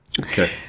Okay